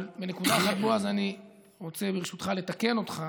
אבל בנקודה אחת, בועז, אני רוצה ברשותך לתקן אותך,